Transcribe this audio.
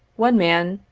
one man,